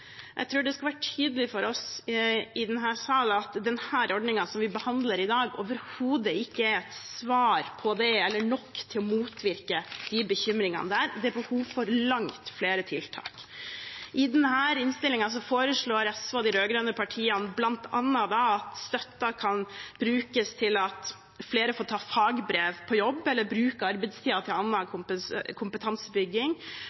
Jeg tror det skal være tydelig for oss i denne salen at denne ordningen som vi behandler i dag, overhodet ikke er et svar på det eller nok til å motvirke de bekymringene. Det er behov for langt flere tiltak. I denne innstillingen foreslår SV og de rød-grønne partiene bl.a. at støtten kan brukes til at flere får ta fagbrev på jobb eller bruke arbeidstiden til annen kompetansebygging. Det ligger inne midler og forslag til